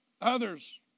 Others